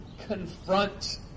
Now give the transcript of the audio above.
confront